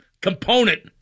component